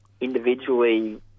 individually